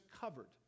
covered